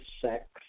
sex